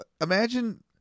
imagine